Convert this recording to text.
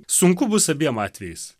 sunku bus abiem atvejais